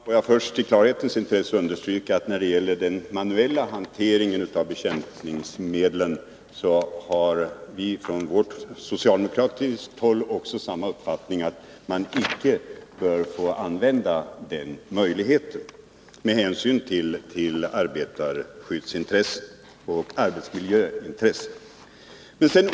Fru talman! Får jag först i klarhetens intresse understryka att när det gäller den manuella hanteringen av bekämpningsmedlen har vi från socialdemokratiskt håll uppfattningen att man icke bör få använda den möjligheten med hänsyn till arbetarskyddsintressen och arbetsmiljöintressen.